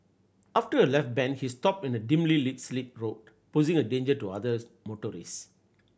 after a left bend he stopped in a dimly lit slip road posing a danger to others motorists